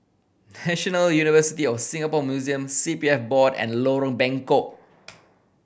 National University of Singapore Museums C P F Board and Lorong Bengkok